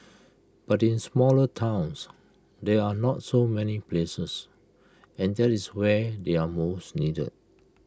but in smaller towns there are not so many places and that is where they are most needed